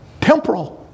Temporal